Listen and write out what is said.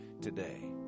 today